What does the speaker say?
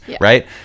right